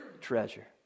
treasure